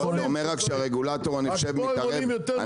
זה אומר רק שהרגולטור מתערב יותר מידי,